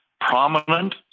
prominent